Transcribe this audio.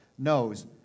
knows